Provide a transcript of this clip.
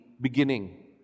beginning